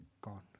gone